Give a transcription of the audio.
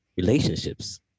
relationships